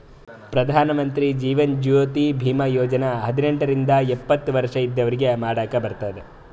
ಪ್ರಧಾನ್ ಮಂತ್ರಿ ಜೀವನ್ ಜ್ಯೋತಿ ಭೀಮಾ ಯೋಜನಾ ಹದಿನೆಂಟ ರಿಂದ ಎಪ್ಪತ್ತ ವರ್ಷ ಇದ್ದವ್ರಿಗಿ ಮಾಡಾಕ್ ಬರ್ತುದ್